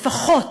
לפחות,